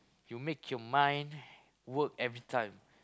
you make your mind work every time